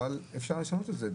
אבל אפשר לשנות את זה.